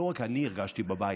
לא רק אני הרגשתי בבית,